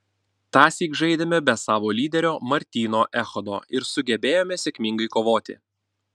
tąsyk žaidėme be savo lyderio martyno echodo ir sugebėjome sėkmingai kovoti